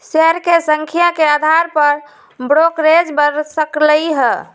share के संख्या के अधार पर ब्रोकरेज बड़ सकलई ह